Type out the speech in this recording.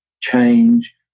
change